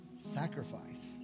sacrifice